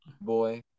boy